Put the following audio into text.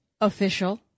official